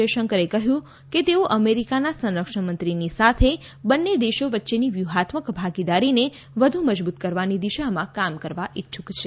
જયશંકરે કહ્યું કે તેઓ અમેરિકાના સંરક્ષણમંત્રીની સાથે બંને દેશો વચ્ચેની વ્યુહાત્મક ભાગીદારીને વધુ મજબૂત કરવાની દિશામાં કામ કરવા ઇચ્છુક છે